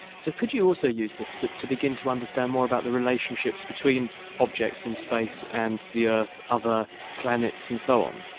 so could you also use this to to begin to understand more about the relationships between objects in space and the earth, other planets, and so on?